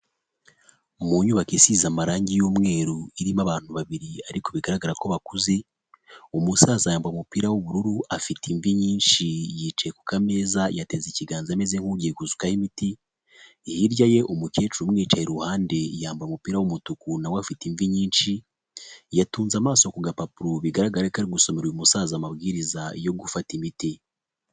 Mu nyubako isize amarangi y'umweru, irimo abantu babiri ariko bigaragara ko bakuze, umusaza yambaye umupira w'ubururu, afite imvi nyinshi yicaye ku kameza, yateze ikiganza ameze nk'ugiye gusukaho imiti, hirya ye umukecuru umwicaye iruhande yambaye umupira w'umutuku na we afite imvi nyinshi, yatunze amaso ku gapapuro, bigaragare ko ari gusomera uyu musaza amabwiriza yo gufata imiti.